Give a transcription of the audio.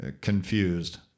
confused